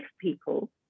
people